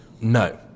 No